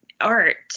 art